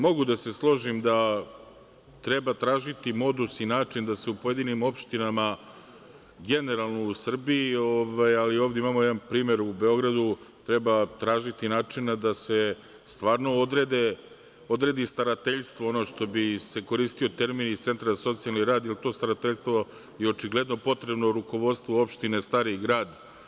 Mogu da se složim da treba tražiti modus i način da se u pojedinim opštinama generalno u Srbiji, ali ovde imamo jedan primer u Beogradu, treba tražiti načina da se stvarno odredi starateljstvo, ono što bi se koristio termin iz Centra za socijalni rad, jer je to starateljstvo je očigledno potrebno rukovodstvu opštine Stari Grad.